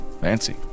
Fancy